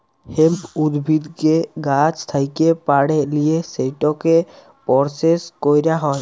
hemp উদ্ভিদকে গাহাচ থ্যাকে পাড়ে লিঁয়ে সেটকে পরসেস ক্যরা হ্যয়